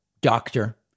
Doctor